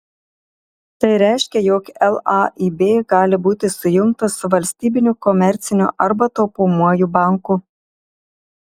tai reiškia jog laib gali būti sujungtas su valstybiniu komerciniu arba taupomuoju banku